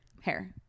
hair